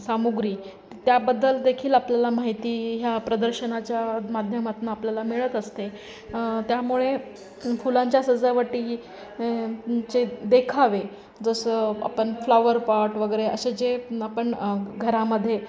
सामुग्री त्याबद्दल देखील आपल्याला माहिती ह्या प्रदर्शनाच्या माध्यमातून आपल्याला मिळत असते त्यामुळे फुलांच्या सजावटीचे देखावे जसं आपण फ्लॉवर पॉट वगैरे असे जे आपण घरामध्ये